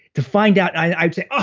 to find out, i would say, ah